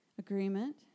Agreement